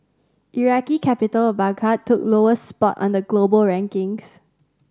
Iraqi capital Baghdad took lowest spot on the global rankings